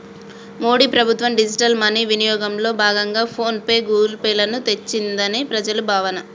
మోడీ ప్రభుత్వం digital money వినియోగంలో భాగంగా ఫోన్ పే, గూగుల్ పే లను తెచ్చిందని ప్రజల భావన